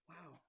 Wow